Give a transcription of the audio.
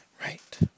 Right